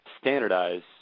standardize